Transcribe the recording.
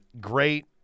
great